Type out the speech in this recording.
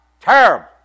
Terrible